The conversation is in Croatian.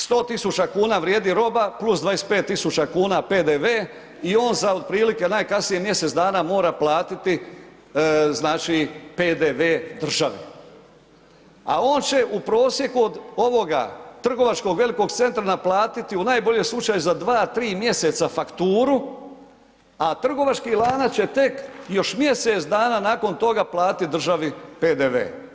100 000 kuna vrijedi roba plus 25 000 kuna PDV i on za otprilike najkasnije mjesec dana mora platiti znači PDV državi a on će u prosjeku od ovoga trgovačkog velikog centra naplatiti u najboljem slučaju za 2, 3 mj. fakturu a trgovački lanac će tek još mjesec dana nakon toga platiti državi PDV.